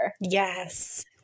Yes